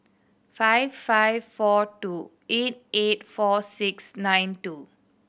five five four two eight eight four six nine two